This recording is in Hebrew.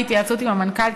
בהתייעצות עם המנכ"ל,